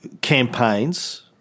campaigns